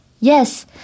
Yes